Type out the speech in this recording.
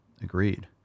Agreed